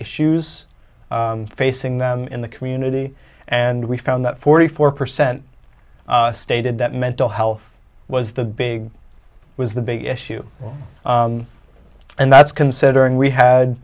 issues facing them in the community and we found that forty four percent stated that mental health was the big was the big issue and that's considering we had